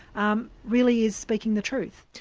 um really is speaking the truth.